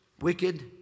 wicked